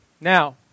Now